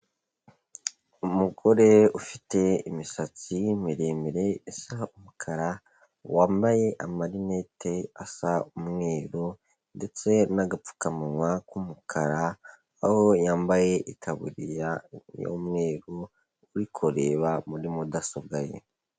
Umugore ufite imisatsi miremire isa umukara, wambaye amarinete asa umweru ndetse n'agapfukamunwa k'umukara, aho yambaye itaburiya y'umweru, uri kureba muri mudasobwa ye.